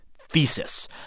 thesis